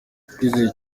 twizeye